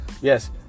Yes